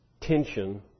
tension